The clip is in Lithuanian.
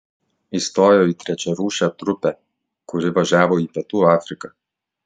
įstojo į trečiarūšę trupę kuri važiavo į pietų afriką